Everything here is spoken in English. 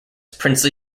princely